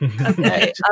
Okay